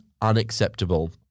unacceptable